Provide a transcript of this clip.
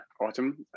autumn